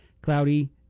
cloudy